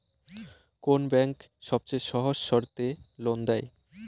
কোন ব্যাংক সবচেয়ে সহজ শর্তে লোন দেয়?